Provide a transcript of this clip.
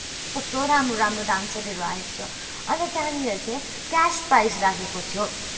कस्तो कस्तो राम्रो डान्सरहरू आएको थियो अन्त त्यहाँनिर चाहिँ क्यास प्राइज राखेको थियो